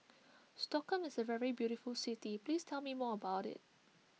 Stockholm is a very beautiful city please tell me more about it